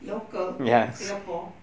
local singapore